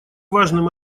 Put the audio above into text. важным